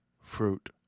fruit